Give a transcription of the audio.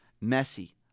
messy